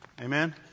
Amen